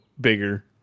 bigger